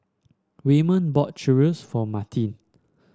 Waymon bought Chorizo for Martine